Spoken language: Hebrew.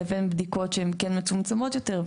לבין בדיקות שהן כן מצומצמות יותר.